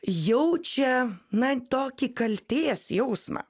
jaučia na tokį kaltės jausmą